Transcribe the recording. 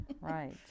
right